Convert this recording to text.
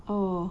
oh